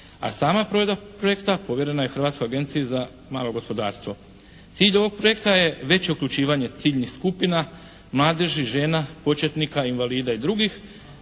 provedba projekta povjerena je Hrvatskoj agenciji za malo gospodarstvo. Cilj ovog projekta je veće uključivanje ciljnih skupina, mladeži, žena, početnika, invalida i drugih,